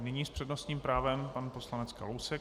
Nyní s přednostním právem pan poslanec Kalousek.